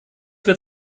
wird